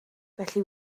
felly